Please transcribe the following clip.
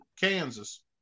Kansas